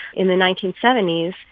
in the nineteen seventy s,